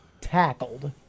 tackled